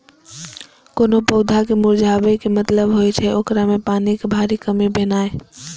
कोनो पौधा के मुरझाबै के मतलब होइ छै, ओकरा मे पानिक भारी कमी भेनाइ